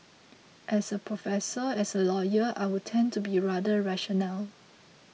as a professor as a lawyer I would tend to be rather rational